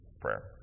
prayer